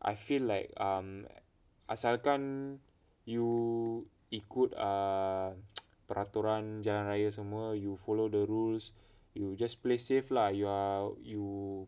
I feel like err asalkan you it could err ikut peraturan jalan raya semua you follow the rules you just play safe lah you are you